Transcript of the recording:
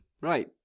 Right